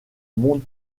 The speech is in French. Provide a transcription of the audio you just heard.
monde